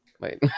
Wait